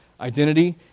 identity